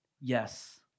yes